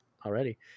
already